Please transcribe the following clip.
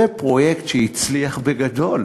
זה פרויקט שהצליח בגדול,